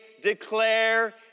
declare